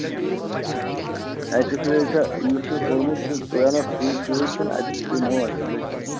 آ X ray چھا یُس مےٚ کوٚرمُت چھُ سُے اَنا سۭتۍ کِنہٕ اَتہِ پیٚیہِ نوٚو ایٚکٕس ریےٚ کَرُن